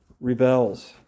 rebels